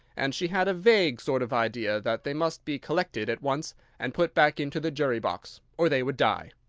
and she had a vague sort of idea that they must be collected at once and put back into the jury-box, or they would die.